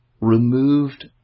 Removed